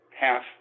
half